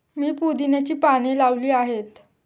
मी पुदिन्याची पाने लावली आहेत